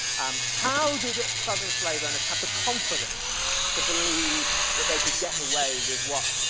um how did the southern slave owners have the confidence to believe that they could get away with what,